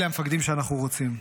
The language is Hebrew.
אלה המפקדים שאנחנו רוצים.